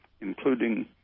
including